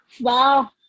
Wow